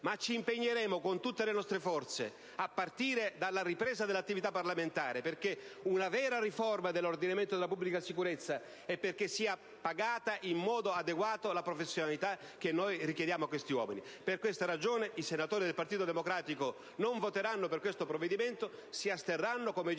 Ma ci impegneremo con tutte le nostre forze, a partire dalla ripresa dell'attività parlamentare, per una vera riforma dell'ordinamento della pubblica sicurezza e perché sia pagata in modo adeguato la professionalità che noi richiediamo a questi uomini. Per questa ragione i senatori del Partito democratico non voteranno per questo provvedimento e si asterranno, come